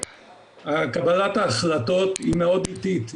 קבלת ההחלטות היא מאוד איטית.